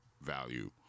value